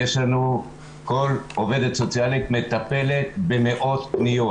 כל עובדת סוציאלית מטפלת במאות פניות.